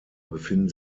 befinden